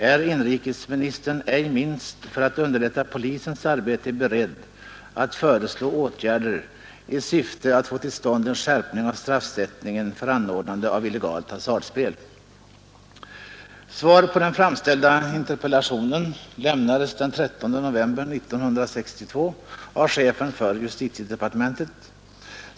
Är inrikesministern ej minst för att underlätta polisens arbete beredd att föreslå åtgärder i syfte att få till stånd en skärpning av straffsättningen för anordnande av illegalt hasardspel? ” Svar på den framställda interpellationen lämnades den 13 november 1962 av chefen för justitiedepartementet.